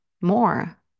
more